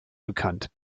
bekannt